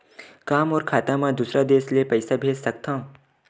का मोर खाता म दूसरा देश ले पईसा भेज सकथव?